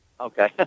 Okay